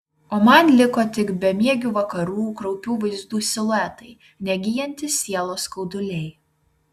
o man liko tik bemiegių vakarų kraupių vaizdų siluetai negyjantys sielos skauduliai